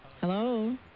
Hello